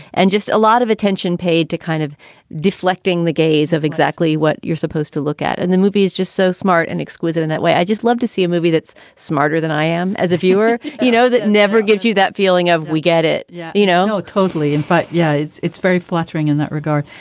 and just a lot of attention paid to kind of deflecting the gaze of exactly what you're supposed to look at. and the movie is just so smart and exquisite in and that way. i just love to see a movie that's smarter than i am as a viewer. you know, that never gives you that feeling of we get it, yeah you know, totally in but, yeah, it's it's very flattering in that regard.